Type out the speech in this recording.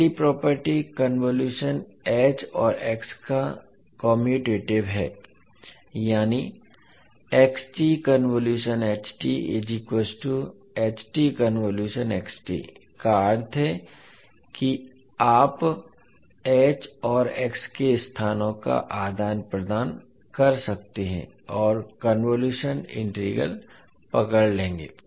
पहली property convolution h और x का कम्यूटेटिव है यानी का अर्थ है कि आप h और x के स्थानों का आदान प्रदान कर सकते हैं और कन्वोलुशन इंटीग्रल पकड़ लेंगे